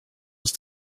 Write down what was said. als